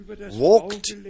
walked